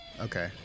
Okay